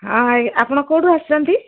ହଁ ଆପଣ କେଉଁଠୁ ଆସିଛନ୍ତି